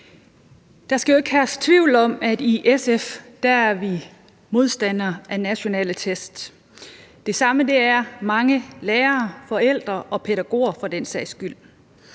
Der skal jo ikke herske tvivl om, at vi i SF er modstandere af nationale test, og det samme er mange lærere, forældre og pædagoger for den sags skyld.